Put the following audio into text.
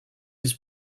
his